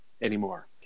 anymore